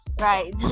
right